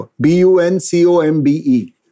B-U-N-C-O-M-B-E